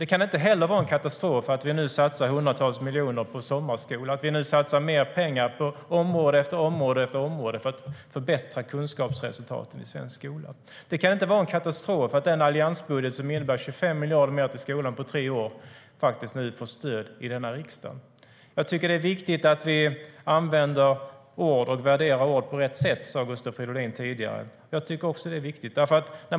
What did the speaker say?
Det kan inte heller vara en katastrof att vi nu satsar hundratals miljoner på sommarskola och att vi nu satsar mer pengar på område efter område för att förbättra kunskapsresultaten i svensk skola. Jag tycker att det är viktigt att vi värderar ord på rätt sätt, sa Gustav Fridolin tidigare. Jag tycker också att det är viktigt.